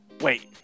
Wait